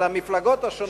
של המפלגות השונות,